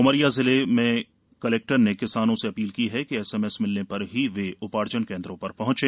Umaria collector ने किसानों से अपील की है कि एसएमएस मिलने पर ही वे उपार्जन केन्द्रों पर पहॅचे